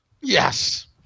Yes